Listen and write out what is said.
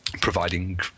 providing